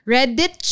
Reddit